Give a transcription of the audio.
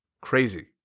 Crazy